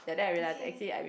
okay